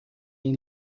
این